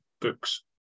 books